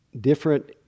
different